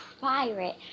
pirate